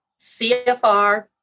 CFR